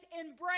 embrace